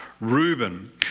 Reuben